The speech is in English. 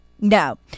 no